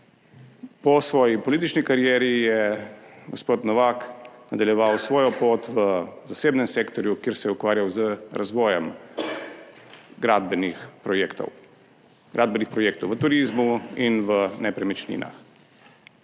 Po svoji politični karieri je gospod Novak nadaljeval svojo pot v zasebnem sektorju, kjer se je ukvarjal z razvojem gradbenih projektov, gradbenih projektov v turizmu in v nepremičninah.